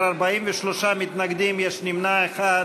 15 בעד, 43 מתנגדים, יש נמנע אחד.